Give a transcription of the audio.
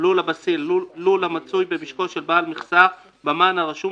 "לול הבסיס" לול המצוי במשקו של בעל מכסה במען הרשום